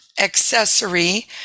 accessory